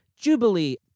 Jubilee